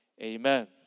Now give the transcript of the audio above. Amen